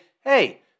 hey